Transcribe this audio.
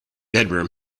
bedroom